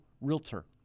realtor